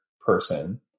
person